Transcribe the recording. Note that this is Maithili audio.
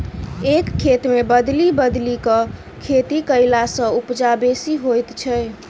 एक खेत मे बदलि बदलि क खेती कयला सॅ उपजा बेसी होइत छै